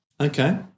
Okay